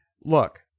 Look